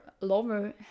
lover